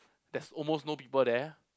there's almost no people there